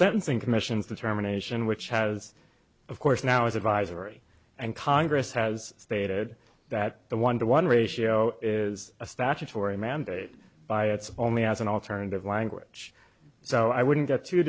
sentencing commission's determination which has of course now is advisory and congress has stated that the one to one ratio is a statutory mandate by its only as an alternative language so i wouldn't get too